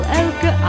elke